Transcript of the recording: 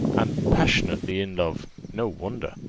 and passionately in love no wonder.